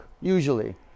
Usually